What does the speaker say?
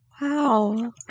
Wow